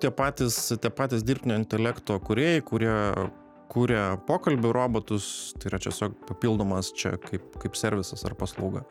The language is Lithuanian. tie patys tie patys dirbtinio intelekto kūrėjai kurie kuria pokalbių robotus tai yra čiasiog papildomas čia kaip kaip servisas ar paslauga